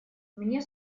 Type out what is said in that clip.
мне